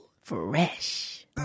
Fresh